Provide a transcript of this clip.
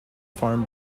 farm